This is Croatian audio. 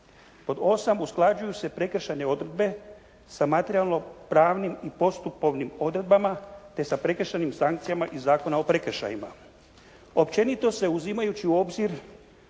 Pod osam. Usklađuju se prekršajne odredbe sa materijalno-pravnim i postupovnim odredbama, te sa prekršajnim sankcijama iz Zakona o prekršajima. Općenito se uzimajući u obzir